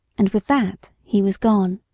and with that he was gone.